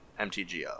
MTGO